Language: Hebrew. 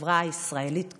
לחברה הישראלית כולה.